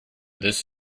this